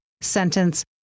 sentence